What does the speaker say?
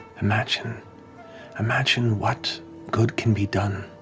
imagine imagine what good can be done